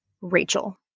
Rachel